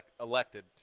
elected